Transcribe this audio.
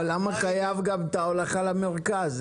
אבל למה חייב גם את ההולכה גם למרכז?